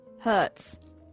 Hurts